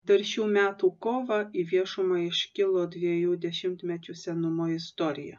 dar šių metų kovą į viešumą iškilo dviejų dešimtmečių senumo istorija